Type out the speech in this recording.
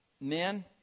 men